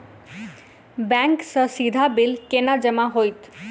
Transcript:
Bank सँ सीधा bill केना जमा होइत?